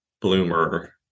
bloomer